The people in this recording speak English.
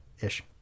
ish